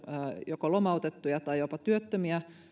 joko lomautettuja tai jopa työttömiä